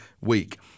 week